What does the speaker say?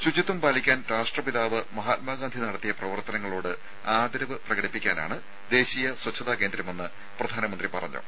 ശുചിത്വം പാലിക്കാൻ രാഷ്ട്രപിതാവ് മഹാത്മാഗാന്ധി നടത്തിയ പ്രവർത്തനങ്ങളോട് ആദരവ് പ്രകടിപ്പിക്കാനാണ് ദേശീയ സ്വച്ഛതാ കേന്ദ്രമെന്ന് പ്രധാനമന്ത്രി പറഞ്ഞു